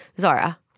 Zara